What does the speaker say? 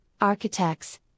architects